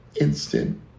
instant